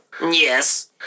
Yes